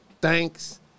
thanks